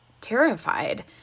terrified